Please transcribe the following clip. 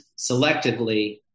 selectively